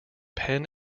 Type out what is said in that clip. pen